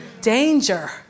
Danger